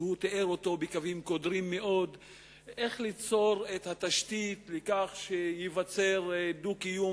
את הדרך ליצור את התשתית בכך שייווצרו דו-קיום